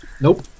Nope